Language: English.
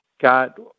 got